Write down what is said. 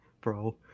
bro